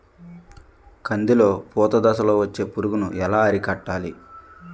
కందిలో పూత దశలో వచ్చే పురుగును ఎలా అరికట్టాలి?